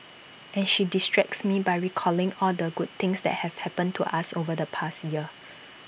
and she distracts me by recalling all the good things that have happened to us over the past year